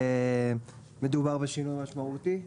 מדובר בשינוי משמעותי.